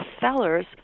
sellers